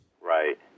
Right